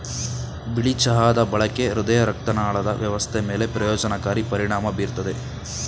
ಬಿಳಿ ಚಹಾದ ಬಳಕೆ ಹೃದಯರಕ್ತನಾಳದ ವ್ಯವಸ್ಥೆ ಮೇಲೆ ಪ್ರಯೋಜನಕಾರಿ ಪರಿಣಾಮ ಬೀರ್ತದೆ